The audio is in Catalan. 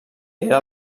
era